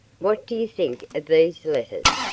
what do you think of these letters?